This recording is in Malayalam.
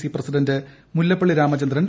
C president Mullappally Ramachandran